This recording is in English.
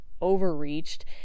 overreached